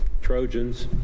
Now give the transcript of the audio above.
trojans